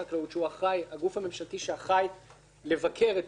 הגוף הממשלתי שאחראי לבקר את פעילת החטיבה,